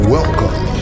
Welcome